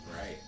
Right